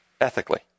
ethically